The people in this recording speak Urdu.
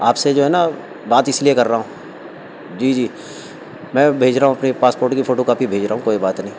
آپ سے جو ہے نا بات اس لیے کر رہا ہوں جی جی میں بھیج رہا ہوں اپنی پاسپورٹ کی فوٹو کاپی بھیج رہا ہوں کوئی بات نہیں